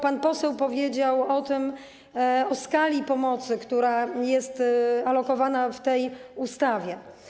Pan poseł powiedział o skali pomocy, która jest alokowana w tej ustawie.